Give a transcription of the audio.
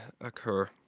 occur